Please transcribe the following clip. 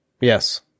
Yes